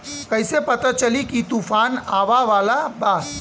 कइसे पता चली की तूफान आवा वाला बा?